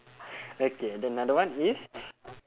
okay then another one is